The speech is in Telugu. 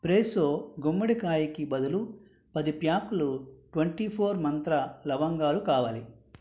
ఫ్రేసో గుమ్మడికాయకి బదులు పది ప్యాకులు ట్వంటీ ఫోర్ మంత్ర లవంగాలు కావాలి